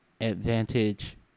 advantage